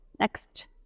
Next